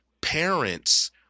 parents